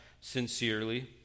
sincerely